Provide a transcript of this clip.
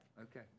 Okay